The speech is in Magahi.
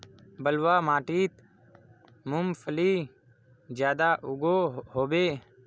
बलवाह माटित मूंगफली ज्यादा उगो होबे?